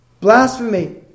Blasphemy